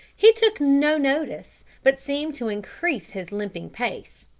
he took no notice, but seemed to increase his limping pace,